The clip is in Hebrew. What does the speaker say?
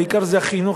העיקר זה החינוך,